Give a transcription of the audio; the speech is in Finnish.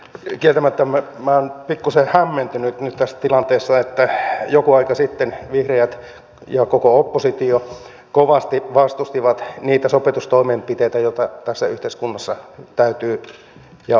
kieltämättä minä olen pikkuisen hämmentynyt nyt tässä tilanteessa että joku aika sitten vihreät ja koko oppositio kovasti vastustivat niitä sopeutustoimenpiteitä joita tässä yhteiskunnassa täytyy ja on pakko tehdä